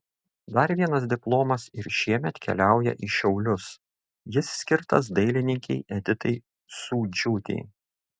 dar vienas diplomas ir šiemet keliauja į šiaulius jis skirtas dailininkei editai sūdžiūtei